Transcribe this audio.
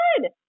good